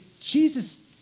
Jesus